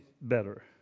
better